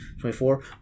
twenty-four